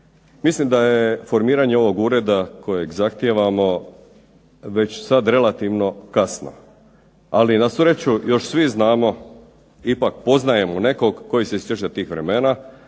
Mislim da je formiranje ovog ureda kojeg zahtijevamo već sad relativno kasno, ali na sreću još svi znamo, ipak poznajemo nekog koji se sjeća tih vremena,